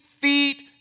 Feet